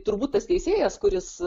turbūt tas teisėjas kuris